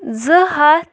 زٕ ہَتھ